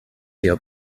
your